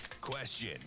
Question